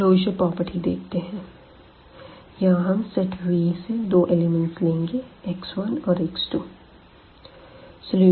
अब closure property देखते है यहाँ हम सेट V से दो एलिमेंट्स लेंगे x1 और x2